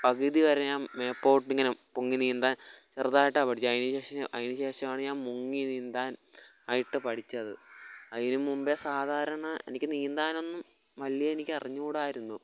പകുതി വരെ ഞാൻ മേപ്പോട്ടിങ്ങനെ പൊങ്ങി നീന്താൻ ചെറുതായിട്ടാണ് പഠിച്ചത് അതിനുശേഷം അതിനുശേഷാണ് ഞാൻ മുങ്ങി നീന്താൻ ആയിട്ട് പഠിച്ചത് അതിനുമുമ്പേ സാധാരണ എനിക്ക് നീന്താനൊന്നും വലിയ എനിക്കറിഞ്ഞൂടായിരുന്നു